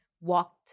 walked